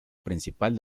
principal